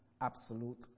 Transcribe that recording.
absolute